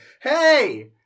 Hey